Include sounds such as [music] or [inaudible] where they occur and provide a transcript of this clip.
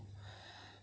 [breath]